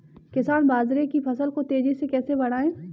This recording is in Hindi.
किसान बाजरे की फसल को तेजी से कैसे बढ़ाएँ?